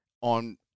on